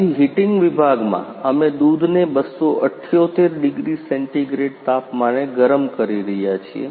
આથી હિટીંગ વિભાગમાં અમે દૂધને 278 ડીગ્રી સેન્ટીગ્રેડ તાપમાને ગરમ કરી રહ્યા છીએ